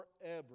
forever